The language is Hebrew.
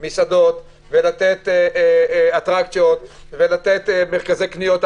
מסעדות ולתת אטרקציות ומרכזי קניות.